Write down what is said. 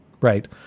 right